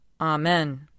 Amen